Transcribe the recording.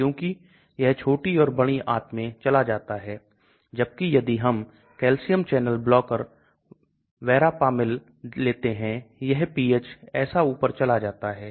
hydrophilic पानी में घुलनशील या रक्त में घुलनशील हाइड्रोफोबिक कोशिका झिल्ली के पार ट्रांसपोर्ट है